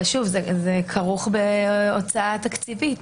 כרוך בהוצאה תקציבית.